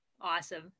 Awesome